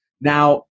Now